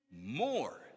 more